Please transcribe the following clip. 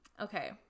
okay